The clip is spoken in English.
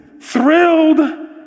thrilled